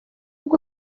bwo